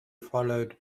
followed